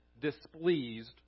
Displeased